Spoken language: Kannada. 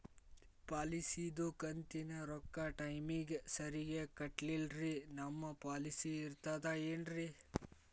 ಪಾಲಿಸಿದು ಕಂತಿನ ರೊಕ್ಕ ಟೈಮಿಗ್ ಸರಿಗೆ ಕಟ್ಟಿಲ್ರಿ ನಮ್ ಪಾಲಿಸಿ ಇರ್ತದ ಏನ್ರಿ?